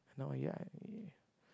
I know why you're angry